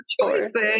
choices